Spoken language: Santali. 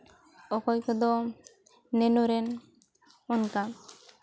ᱚᱠᱚᱭ ᱠᱚᱫᱚ ᱱᱮᱱᱳ ᱨᱮᱱ ᱚᱱᱠᱟ